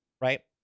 Right